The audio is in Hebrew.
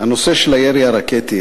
הנושא של הירי הרקטי,